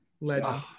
legend